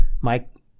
Mike